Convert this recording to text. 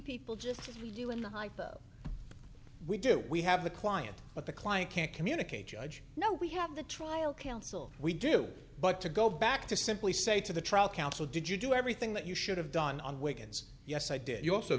people just deal in the hypo we do we have the client but the client can't communicate judge no we have the trial counsel we do but to go back to simply say to the trial counsel did you do everything that you should have done on weekends yes i did you also